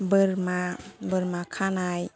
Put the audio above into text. बोरमा खानाय